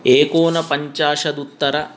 एकोनपञ्चाशदुत्तर